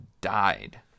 died